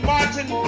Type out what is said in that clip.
Martin